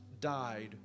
died